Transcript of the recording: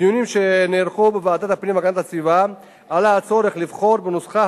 בדיונים שנערכו בוועדת הפנים והגנת הסביבה עלה הצורך לבחור בנוסחה